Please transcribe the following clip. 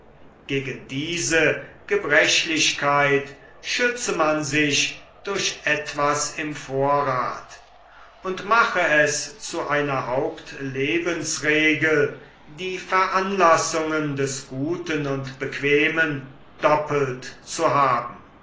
gegen diese gebrechlichkeit schütze man sich durch etwas im vorrath und mache es zu einer haupt lebensregel die veranlassungen des guten und bequemen doppelt zu haben